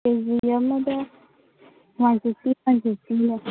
ꯀꯦ G ꯑꯃꯗ one fifty one ꯐꯤꯐꯇꯤꯅꯦ